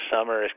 Summer